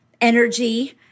energy